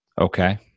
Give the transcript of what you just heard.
Okay